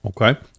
Okay